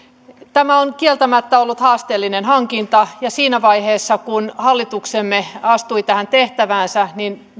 tämä on kieltämättä ollut haasteellinen hankinta ja siinä vaiheessa kun hallituksemme astui tähän tehtäväänsä